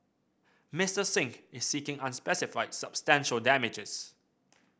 Mister Singh is seeking unspecified substantial damages